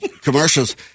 commercials